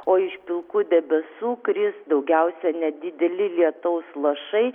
o iš pilkų debesų kris daugiausia nedideli lietaus lašai